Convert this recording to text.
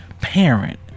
parent